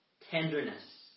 tenderness